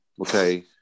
okay